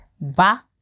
ba